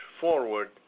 forward